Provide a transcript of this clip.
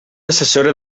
assessora